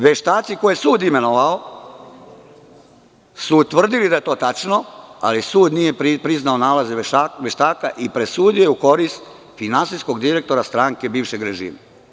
Veštaci koje je sud imenovao su utvrdili da je to tačno, ali sud nije priznao nalaze veštaka i presudio je u korist finansijskog direktora stranke bivšeg režima.